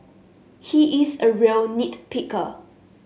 he is a real nit picker